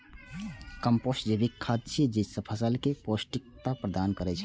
compost जैविक खाद छियै, जे फसल कें पौष्टिकता प्रदान करै छै